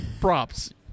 props